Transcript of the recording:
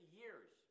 years